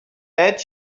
add